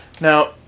now